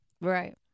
Right